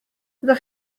ydych